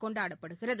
கொண்டாடப்படுகிறது